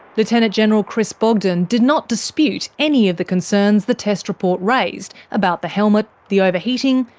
lieutenant general chris bogdan did not dispute any of the concerns the test report raised about the helmet, the overheating,